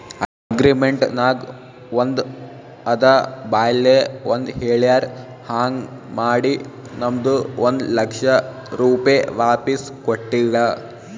agreement ನಾಗ್ ಒಂದ್ ಅದ ಬಾಯ್ಲೆ ಒಂದ್ ಹೆಳ್ಯಾರ್ ಹಾಂಗ್ ಮಾಡಿ ನಮ್ದು ಒಂದ್ ಲಕ್ಷ ರೂಪೆ ವಾಪಿಸ್ ಕೊಟ್ಟಿಲ್ಲ